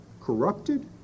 corrupted